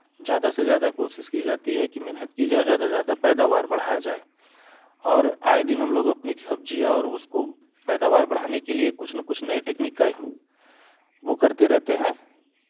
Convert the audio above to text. ज्यादा से ज्यादा कोशिश की जाती है कि मेहनत की जाए ज्यादा से ज्यादा पैदावार बढ़ाया जाए और आए दिन हम लोग अपनी सब्जियाँ और उसको पैदावार बढ़ाने के लिए कुछ ना कुछ नए टेकनिक का वो करते रहते हैं